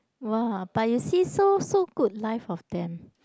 !wah! but you see so so good life of them